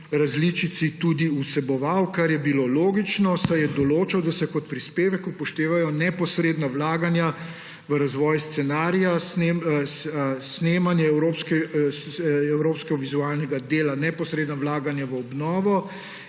različici tudi vseboval, kar je bilo logično, saj je določal, da se kot prispevek upoštevajo neposredna vlaganja v razvoj scenarija, snemanje evropskega vizualnega dela, neposredna vlaganja v obnovo